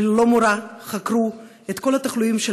שללא מורא חקרו את כל התחלואים של